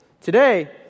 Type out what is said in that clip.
Today